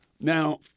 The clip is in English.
Now